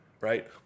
right